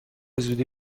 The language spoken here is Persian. زودی